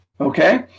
Okay